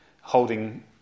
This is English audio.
holding